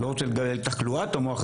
אני לא רוצה להגיד תחלואת המוח,